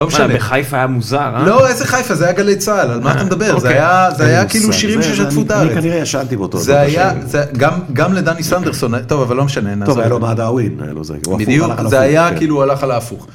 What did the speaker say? בחיפה היה מוזר, לא איזה חיפה, זה היה גלי צהל, על מה אתה מדבר, זה היה כאילו שירים ששטפו את הארץ. אני כנראה ישנתי באותו, זה היה, גם לדני סנדרסון, טוב אבל לא משנה. טוב היה לו בדאווין, היה לו זה, הוא הלך על ההפוך. בדיוק, זה היה כאילו הלך על ההפוך.